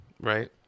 Right